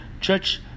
church